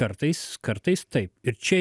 kartais kartais taip ir čia